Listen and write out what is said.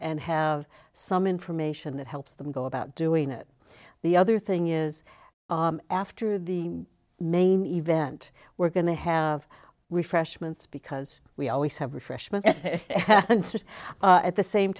and have some information that helps them go about doing it the other thing is after the main event we're going to have refreshments because we always have refreshments at the same